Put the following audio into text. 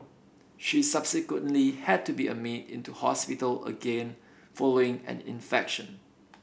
she subsequently had to be admitted into hospital again following an infection